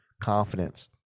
confidence